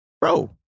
bro